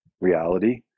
reality